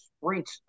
Sprint